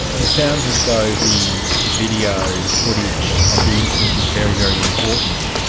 it sounds as though the video footage of the incident was very, very important.